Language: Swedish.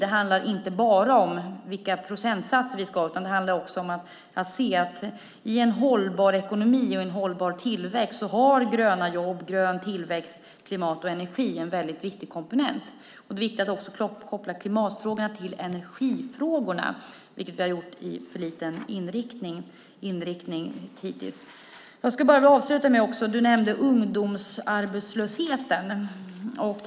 Det handlar inte bara om vilka procentsatser som vi ska ha, utan det handlar också om att se att i en hållbar ekonomi och i en hållbar tillväxt är gröna jobb, grön tillväxt, klimat och energi viktiga komponenter. Det är också viktigt att koppla klimatfrågan till energifrågorna, vilket vi har gjort för lite hittills. Ulf Holm nämnde ungdomsarbetslösheten.